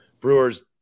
Brewers